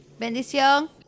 Bendición